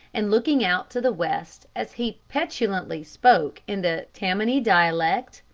and looking out to the west as he petulantly spoke in the tammany dialect,